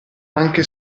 anche